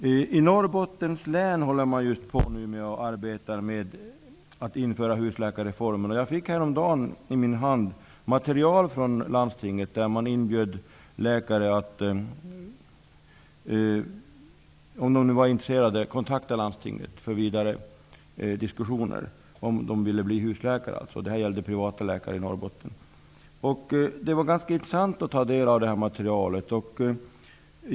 I Norrbottens län arbetar man med att införa husläkarreformen. Häromdagen fick jag i min hand material från landstinget, där man inbjöd läkare att om de var intresserade kontakta landstinget för vidare diskussioner. Det var alltså fråga om huruvida de ville bli husläkare, och det gällde privata läkare i Norrbotten. Det var ganska intressant att ta del av det här materialet.